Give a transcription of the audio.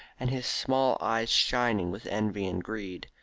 and his small eyes shining with envy and greed.